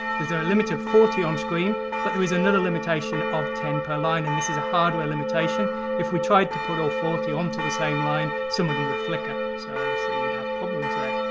there's a limit of forty on screen but there is another limitation of ten per line and this is a hardware limitation if we tried to put all forty onto the same line some of them would flicker. so obviously we'd have problems there!